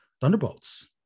thunderbolts